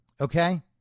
Okay